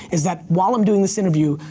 is that while i'm doing this interview,